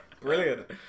Brilliant